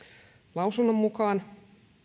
lausunnon mukaan